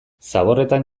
zaborretan